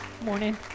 Morning